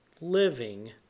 living